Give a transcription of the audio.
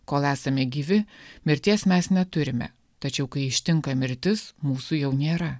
kol esame gyvi mirties mes neturime tačiau kai ištinka mirtis mūsų jau nėra